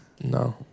No